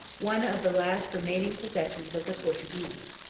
one of the last remaining possessions of the portuguese.